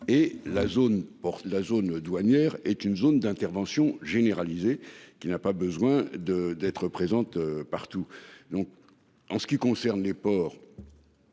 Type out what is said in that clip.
la zone douanière est une zone d'intervention généralisée qui n'a pas besoin de d'être présente partout. Donc en ce qui concerne les ports.